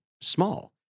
small